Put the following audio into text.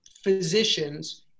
physicians